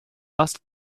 ask